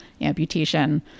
amputation